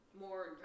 More